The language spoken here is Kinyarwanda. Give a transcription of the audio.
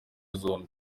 zombi